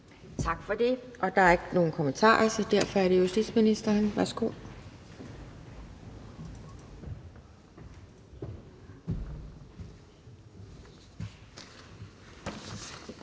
Tak for det. Og der er ikke nogen korte bemærkninger, så derfor er det justitsministeren. Værsgo.